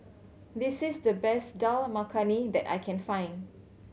this is the best Dal Makhani that I can find